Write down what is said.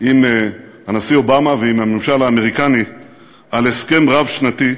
עם הנשיא אובמה ועם הממשל האמריקני על הסכם רב-שנתי,